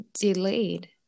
Delayed